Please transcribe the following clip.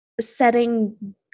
setting